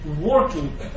working